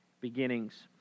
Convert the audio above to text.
Beginnings